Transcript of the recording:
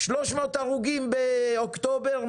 300 הרוגים באוקטובר?